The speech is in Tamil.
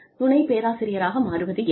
துணை பேராசிரியராக மாறுவது யார்